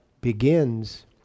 begins